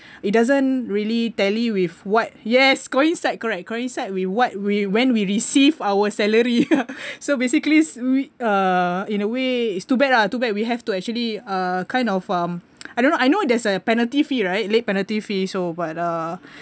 it doesn't really tally with what yes coincide correct coincide with what we when we receive our salary so basically we uh in a way too bad lah too bad we have to actually uh kind of um I don't know I know there's a penalty fee right late penalty fee so but uh